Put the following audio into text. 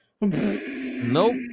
Nope